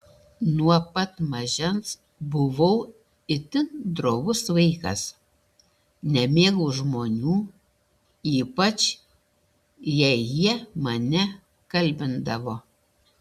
nuo pat mažens buvau itin drovus vaikas nemėgau žmonių ypač jei jie mane kalbindavo